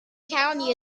county